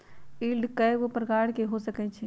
yield कयगो प्रकार के हो सकइ छइ